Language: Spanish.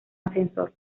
ascensor